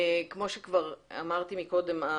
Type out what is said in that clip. כמו שכבר אמרתי קודם,